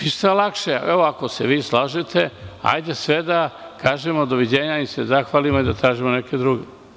Ništa lakše, ako se slažete, ajde da kažemo doviđenja, da im se zahvalimo i da tražimo neke druge.